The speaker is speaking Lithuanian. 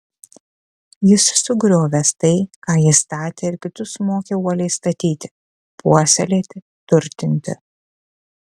jis sugriovęs tai ką ji statė ir kitus mokė uoliai statyti puoselėti turtinti